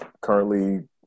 currently